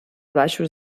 baixos